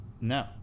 no